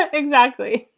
ah exactly.